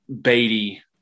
Beatty